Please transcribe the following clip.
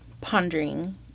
pondering